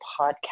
podcast